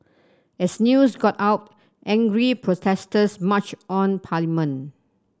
as news got out angry protesters marched on parliament